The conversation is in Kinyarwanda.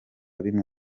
bimwe